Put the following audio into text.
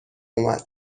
اومد